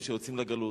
גם פיגועי טרור,